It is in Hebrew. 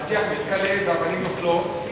בינתיים הטיח מתקלף והאבנים נופלות.